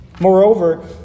Moreover